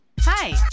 Hi